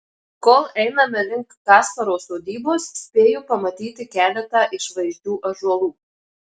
kol einame link kasparo sodybos spėju pamatyti keletą išvaizdžių ąžuolų